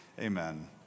amen